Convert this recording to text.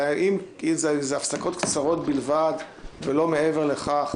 אלא אם זה הפסקות קצרות בלבד ולא מעבר לכך.